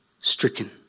stricken